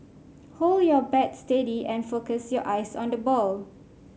hold your bat steady and focus your eyes on the ball